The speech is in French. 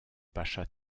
pacha